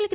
L